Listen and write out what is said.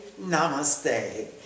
namaste